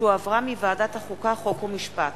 שהחזירה ועדת החוקה, חוק ומשפט,